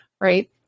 right